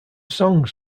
songs